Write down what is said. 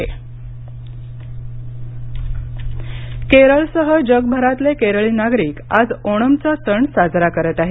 ओणम केरळसह जगभरातले केरळी नागरिक आज ओणमचा सण साजरा करत आहेत